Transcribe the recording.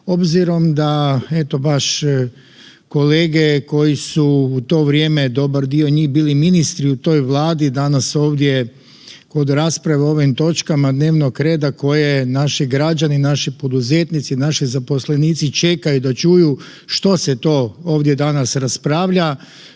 obzirom da eto baš kolege koji su u to vrijeme, dobar dio njih bili ministri u toj vladi, danas ovdje kod rasprave o ovim točkama dnevnog reda koje naši građani, naši poduzetnici, naši zaposlenici čekaju da čuju što se to ovdje danas raspravlja,